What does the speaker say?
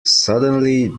suddenly